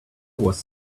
was